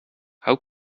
how